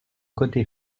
côté